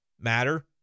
matter